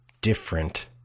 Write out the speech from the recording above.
different